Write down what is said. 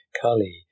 Kali